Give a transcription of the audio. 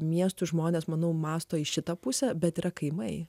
miestų žmonės manau mąsto į šitą pusę bet yra kaimai